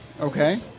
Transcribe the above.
Okay